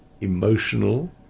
emotional